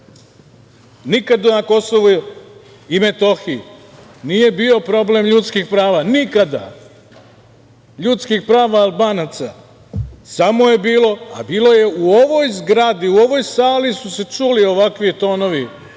nikada na Kosovu i Metohiji nije bio problem ljudskih prava, nikada, ljudskih prava Albanaca, samo je bilo, a bilo je u ovoj zgradi, u ovoj sali su se čuli ovakvi tonovi,